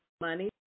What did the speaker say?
money